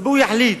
שהציבור יחליט,